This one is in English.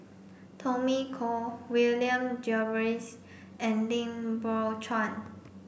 Tommy Koh William Jervois and Lim Biow Chuan